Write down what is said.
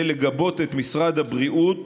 זה לגבות את משרד הבריאות,